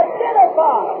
Identify